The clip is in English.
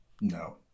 No